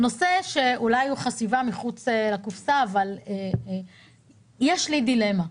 נושא שאולי הוא חשיבה מחוץ לקופסה אבל יש לי דילמה.